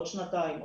עוד שנתיים,